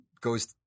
goes